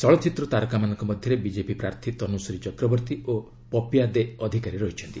ଚଳଚ୍ଚିତ୍ର ତାରକାମାନଙ୍କ ମଧ୍ୟରେ ବିଜେପି ପ୍ରାର୍ଥୀ ତନୁଶ୍ରୀ ଚକ୍ରବର୍ତ୍ତୀ ଓ ପପିଆ ଦେ ଅଧିକାରୀ ଅଛନ୍ତି